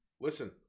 listen